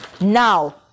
Now